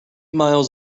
miles